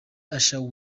usher